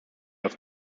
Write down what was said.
auf